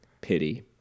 Pity